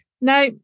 No